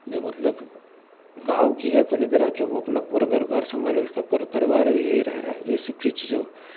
जो मतलब गाँव की है पर इधर आके वो अपना पूरा घर बार संभाले उसका पूरा परिवार भी यहीं रह रहा है ये सब चीज़ जो